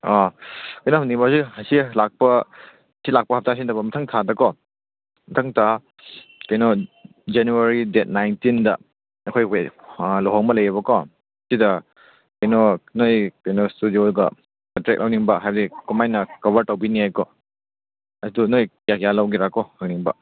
ꯑꯥ ꯀꯩꯅꯣ ꯍꯪꯅꯤꯡꯕ ꯍꯧꯖꯤꯛ ꯑꯁꯤ ꯂꯥꯛꯄ ꯁꯤ ꯂꯥꯛꯄ ꯍꯞꯇꯥꯁꯤ ꯅꯠꯇꯕ ꯃꯊꯪ ꯊꯥꯗꯀꯣ ꯃꯊꯪ ꯊꯥ ꯀꯩꯅꯣ ꯖꯅꯋꯥꯔꯤꯒꯤ ꯗꯦꯗ ꯅꯥꯏꯟꯇꯤꯟꯗ ꯑꯩꯈꯣꯏ ꯂꯨꯍꯣꯡꯕ ꯂꯩꯌꯦꯕꯀꯣ ꯁꯤꯗ ꯀꯩꯅꯣ ꯅꯣꯏ ꯀꯩꯅꯣ ꯏꯁꯇꯨꯗꯤꯌꯣꯗꯀꯣ ꯀꯟꯇ꯭ꯔꯦꯛ ꯂꯧꯅꯤꯡꯕ ꯍꯥꯏꯕꯗꯤ ꯀꯃꯥꯏꯅ ꯀꯕꯔ ꯇꯧꯕꯤꯅꯤꯀꯣ ꯑꯗꯨ ꯅꯣꯏ ꯀꯌꯥ ꯀꯌꯥ ꯂꯧꯒꯦꯔꯀꯣ ꯍꯪꯅꯤꯡꯕ